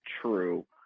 true